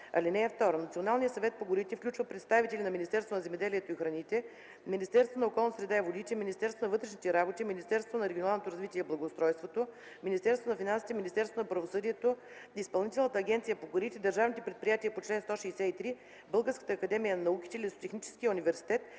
орган. (2) Националният съвет по горите включва представители на Министерството на земеделието и храните, Министерството на околната среда и водите, Министерството на вътрешните работи, Министерството на регионалното развитие и благоустройството, Министерството на финансите, Министерството на правосъдието, Изпълнителната агенция по горите, държавните предприятия по чл. 163, Българската академия на науките, Лесотехническия университет,